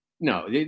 No